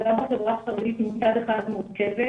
הבעיה בחברה החרדית היא בעיה מורכבת.